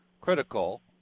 critical